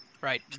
Right